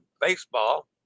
baseball